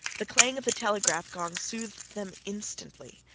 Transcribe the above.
the clang of the telegraph gong soothed them instantly.